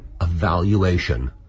evaluation